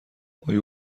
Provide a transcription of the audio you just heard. آیا